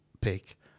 pick